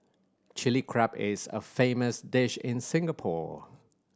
Chilli Crab is a famous dish in Singapore